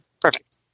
perfect